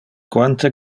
quante